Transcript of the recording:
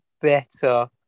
better